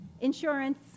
insurance